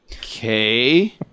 Okay